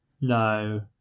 No